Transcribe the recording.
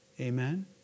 Amen